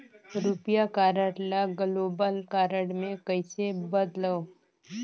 रुपिया कारड ल global card मे कइसे बदलव?